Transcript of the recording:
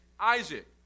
Isaac